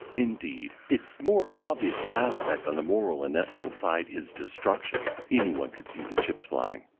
indeed, its more obvious aspect on the moral and ethical side is destruction, any one can see the chips flying,